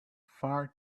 far